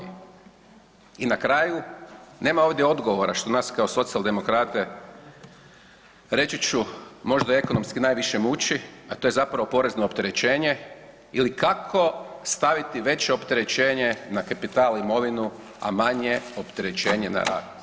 I na kraju, nema ovdje odgovora što nas kao socijaldemokrate, reći ću, možda ekonomski najviše muči, a to je zapravo porezno opterećenje ili kako staviti veće opterećenje na kapital, imovinu, a manje opterećenje na rad.